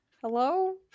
hello